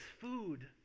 food